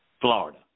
Florida